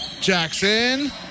Jackson